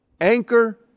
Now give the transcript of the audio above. Anchor